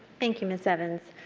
thank you, ms. evans.